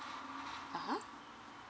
ah